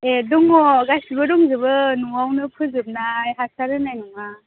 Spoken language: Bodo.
ए दङ गासिबो दंजोबो न'आवनो फोजोबनाय हासार होनाय नङा